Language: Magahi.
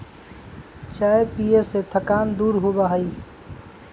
चाय पीये से थकान दूर होबा हई